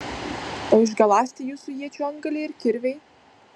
o išgaląsti jūsų iečių antgaliai ir kirviai